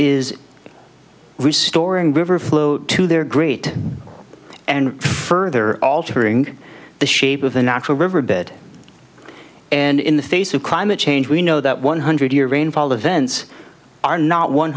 is restoring river flow to their great and further altering the shape of the natural river bed and in the face of climate change we know that one hundred year rainfall events are not one